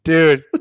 Dude